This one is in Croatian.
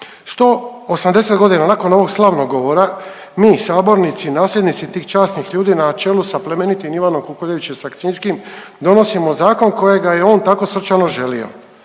180.g. nakon ovog slavnog govora mi sabornici, nasljednici tih časnih ljudi na čelu sa plemenitim Ivanom Kukuljevićem Sakcinskim donosimo zakon kojega je on tako srčano želio.